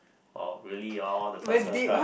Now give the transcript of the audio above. oh really all the personal stuff